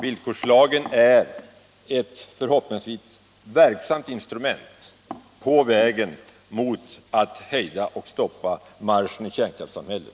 Villkorslagen är ett förhoppningsvis verksamt instrument bland andra på vägen mot att stoppa marschen in i kärnkraftssamhället.